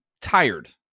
tired